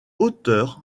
auteur